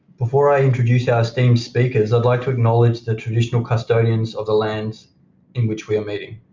before i introduce our esteemed speakers, i'd like to acknowledge the traditional custodians of the land in which we are meeting.